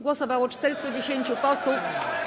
Głosowało 410 posłów.